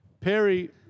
Perry